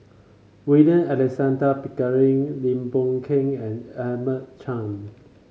William Alexander Pickering Lim Boon Keng and Edmund Chen